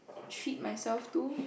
treat myself too